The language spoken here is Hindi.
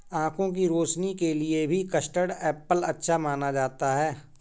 आँखों की रोशनी के लिए भी कस्टर्ड एप्पल अच्छा माना जाता है